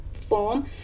form